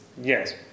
Yes